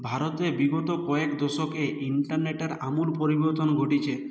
ভারতে বিগত কয়েক দশকে ইন্টারনেটের আমূল পরিবর্তন ঘটেছে